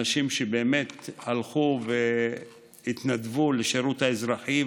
אנשים באמת הלכו והתנדבו לשירות האזרחי.